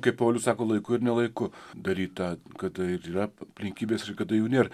kaip sako laiku ir ne laiku daryt tą kada ir yra aplinkybės ir kada jų nėr